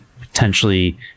potentially